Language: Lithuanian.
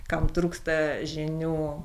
kam trūksta žinių